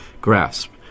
grasp